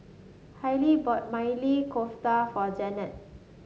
Haylie bought Maili Kofta for Janet